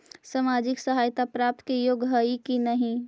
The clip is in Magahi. सामाजिक सहायता प्राप्त के योग्य हई कि नहीं?